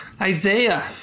Isaiah